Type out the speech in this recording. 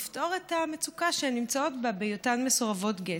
לפתור את המצוקה שהן נמצאות בה בהיותן מסורבות גט.